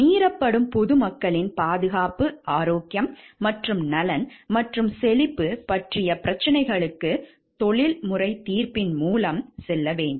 மீறப்படும் பொதுமக்களின் பாதுகாப்பு ஆரோக்கியம் மற்றும் நலன் மற்றும் செழிப்பு பற்றிய பிரச்சினைகளுக்கு தொழில்முறை தீர்ப்பின் மூலம் செல்ல வேண்டும்